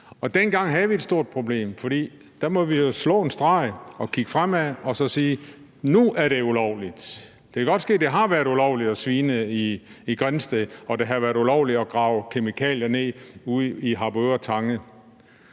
Dengang havde vi et stort problem, og der måtte vi jo trække en streg og kigge fremad og så sige, at nu er det ulovligt. Det kan godt ske, at det har været lovligt at svine i Grindsted, og at det har været lovligt at grave kemikalier ned ude i Harboøre Tange.